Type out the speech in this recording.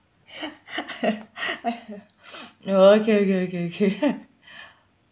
oh okay okay okay okay